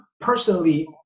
personally